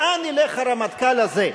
לאן ילך הרמטכ"ל הזה.